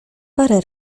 parę